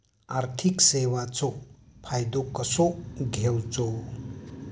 आर्थिक सेवाचो फायदो कसो घेवचो?